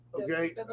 okay